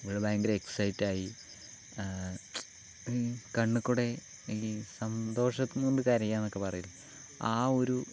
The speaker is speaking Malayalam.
അവള് ഭയങ്കര എക്സൈറ്റായി കണ്ണ് കൂടെ ഈ സന്തോഷം കൊണ്ട് കരയാനൊക്കെ പറയല്ലേ ആ ഒരു